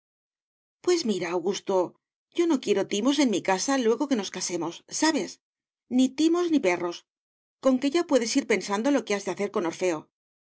pues mira augusto yo no quiero timos en mi casa luego que nos casemos sabes ni timos ni perros conque ya puedes ir pensando lo que has de hacer de